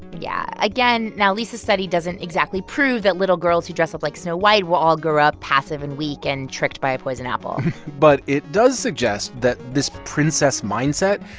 yeah. again, now lisa's study doesn't exactly prove that little girls who dress up like snow white will all grow up passive and weak and tricked by a poisoned apple but it does suggest that this princess mindset,